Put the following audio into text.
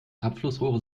abflussrohre